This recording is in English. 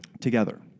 together